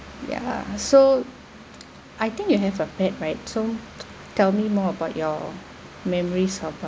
ya so I think you have a pet right so tell me more about your memories of